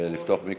אדוני היושב-ראש,